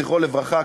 זכרו לברכה,